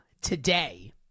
today